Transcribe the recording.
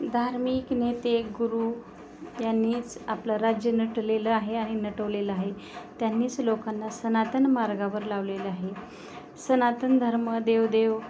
धार्मिक नेते गुरु यांनीच आपलं राज्य नटलेलं आहे आणि नटवलेलं आहे त्यांनीच लोकांना सनातन मार्गावर लावलेलं आहे सनातन धर्म देवदेव